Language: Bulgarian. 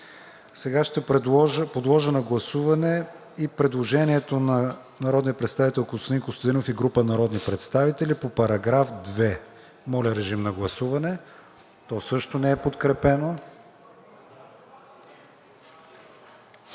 Сега ще подложа на гласуване и предложението на народния представител Костадин Костадинов и група народни представители по § 2. То също не е подкрепено.